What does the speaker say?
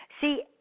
see